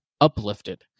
uplifted